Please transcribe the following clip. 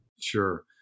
Sure